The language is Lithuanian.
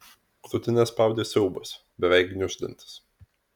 krūtinę spaudė siaubas beveik gniuždantis